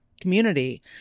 community